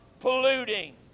polluting